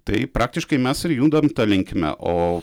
tai praktiškai mes ir jundam ta linkme o